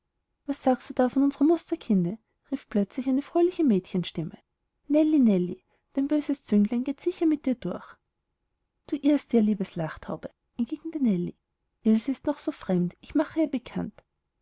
was sagst du von unsrem musterkinde rief plötzlich eine fröhliche mädchenstimme nellie nellie dein böses zünglein geht sicher mit dir durch du irrst dir liebes lachtaube entgegnete nellie ilse ist noch so fremd ich mache ihr bekannt